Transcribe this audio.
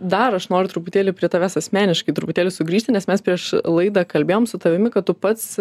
dar aš noriu truputėlį prie tavęs asmeniškai truputėlį sugrįžti nes mes prieš laidą kalbėjom su tavimi kad tu pats